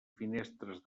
finestres